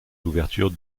l’ouverture